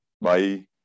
Bye